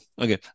Okay